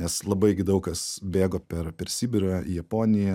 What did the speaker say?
nes labai gi daug kas bėgo per per sibirą į japoniją